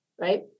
right